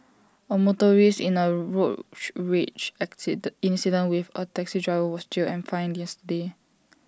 A motorist in A road rage accident incident with A taxi driver was jailed and fined yesterday